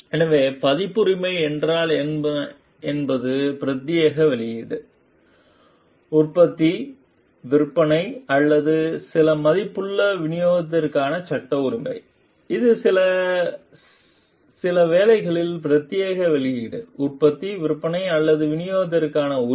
எனவே பதிப்புரிமை என்றால் என்ன என்பது பிரத்தியேக வெளியீடு உற்பத்தி விற்பனை அல்லது சில மதிப்புள்ள விநியோகத்திற்கான சட்ட உரிமை இது சில வேலைகளின் பிரத்யேக வெளியீடு உற்பத்தி விற்பனை அல்லது விநியோகத்திற்கான உரிமை